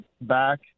back